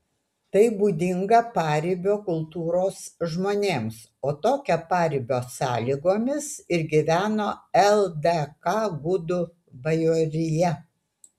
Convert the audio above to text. tai būdinga paribio kultūros žmonėms o tokio paribio sąlygomis ir gyveno ldk gudų bajorija